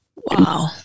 Wow